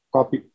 Copy